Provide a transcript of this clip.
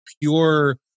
pure